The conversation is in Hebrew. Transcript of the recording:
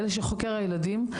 חוקר הילדים,